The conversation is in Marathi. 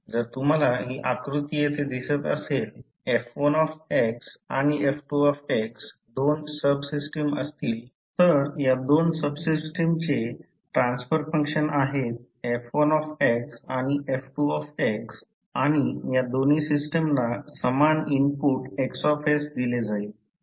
जर तुम्हाला ही आकृती येथे दिसत असेल F1 आणि F2 दोन सब सिस्टम असतील तर या दोन सब सिस्टमचे ट्रान्सफर फंक्शन आहेत F1 आणि F2 आणि या दोन्ही सिस्टमना समान इनपुट X दिले जाईल